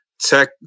tech